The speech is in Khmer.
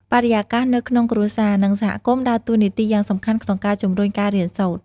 បរិយាកាសនៅក្នុងគ្រួសារ និងសហគមន៍ដើរតួនាទីយ៉ាងសំខាន់ក្នុងការជំរុញការរៀនសូត្រ។